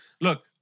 Look